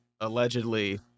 allegedly